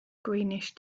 greenish